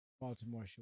Baltimore